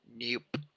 Nope